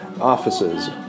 offices